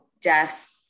desk